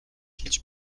хэлж